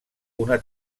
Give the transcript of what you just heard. una